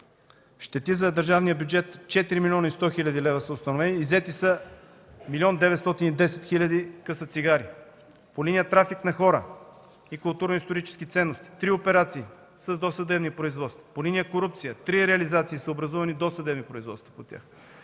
щети за държавния бюджет от 4 млн. 100 хил. лв. са установени, иззети са 1 млн. 910 хил. къса цигари. По линия „Трафик на хора и културно-исторически ценности” – три операции с досъдебни производства. По линия „Корупция” – три реализации с образувани досъдебни производства по тях.